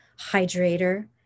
hydrator